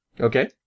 Okay